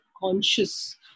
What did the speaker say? conscious